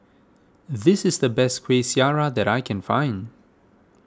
this is the best Kueh Syara that I can find